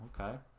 Okay